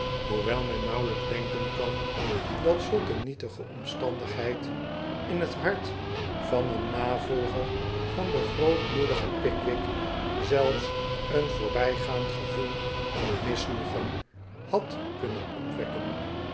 hoewel men nauwelijks denken kan dat zulk een nietige omstandigheid in het hart van een navolger van den grootmoedigen pickwick zelfs een voorbijgaand gevoel van misnoegen had kunnen opwekken